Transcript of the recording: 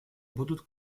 будут